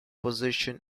possession